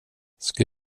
ska